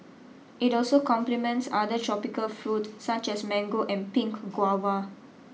it also complements other tropical fruit such as mango and pink guava